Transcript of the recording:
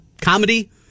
comedy